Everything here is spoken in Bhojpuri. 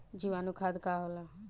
जीवाणु खाद का होला?